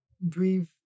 breathe